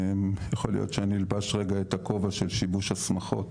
יכול להיות שאני אלבש רגע את הכובע של שיבוש השמחות